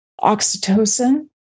oxytocin